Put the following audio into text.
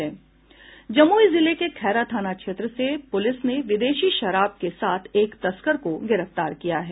जमुई जिले के खैरा थाना क्षेत्र से पुलिस ने विदेशी शराब के साथ एक तस्कर को गिरफ्तार किया है